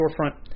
storefront